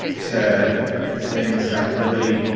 to to things that really,